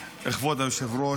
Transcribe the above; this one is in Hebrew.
היושב-ראש,